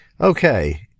Okay